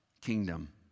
kingdom